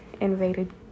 invaded